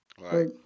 right